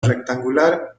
rectangular